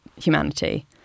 humanity